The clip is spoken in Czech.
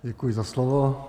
Děkuji za slovo.